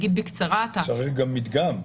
זה הרי גם מדגם.